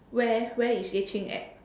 where where is Yue-Qing at